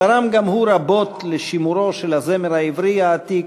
תרם גם הוא רבות לשימורו של הזמר העברי העתיק,